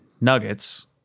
nuggets